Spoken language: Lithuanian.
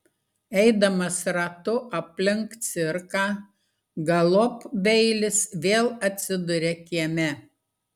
eidamas ratu aplink cirką galop beilis vėl atsiduria kieme